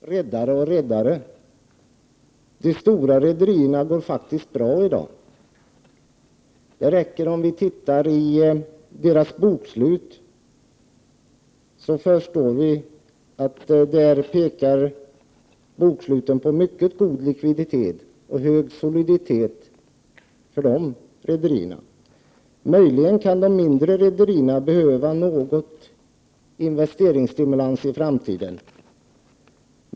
Herr talman! Till Anna Wohlin-Andersson vill jag säga att det är skillnad på redare och redare. De stora rederierna går faktiskt bra i dag. Det räcker med att titta i deras bokslut för att förstå att dessa rederier har mycket god likviditet och stor soliditet. Möjligen kan de mindre rederierna behöva något slags investeringsstimulans i framtiden.